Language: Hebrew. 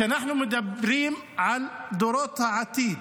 כשאנחנו מדברים על דורות העתיד,